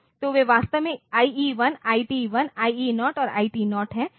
तो वे वास्तव में IE1 IT1 IE0 और IT0 हैं